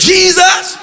Jesus